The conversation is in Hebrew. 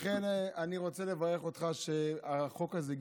לכן אני רוצה לברך אותך על שהחוק הזה,